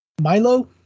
Milo